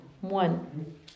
One